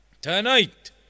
tonight